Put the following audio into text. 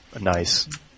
Nice